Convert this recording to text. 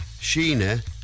Sheena